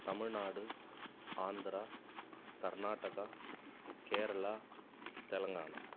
Tamil Nadu Andhra Karnataka Kerala Telangana